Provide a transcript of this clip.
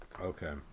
Okay